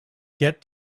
get